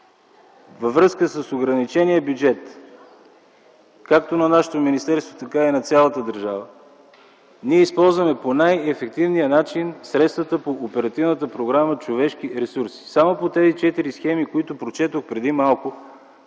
във връзка с ограничения бюджет както на нашето министерство, така и на цялата държава, използваме по най-ефективния начин средствата по оперативна програма „Човешки ресурси”. Само по тези четири схеми, които прочетох преди малко,